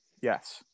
yes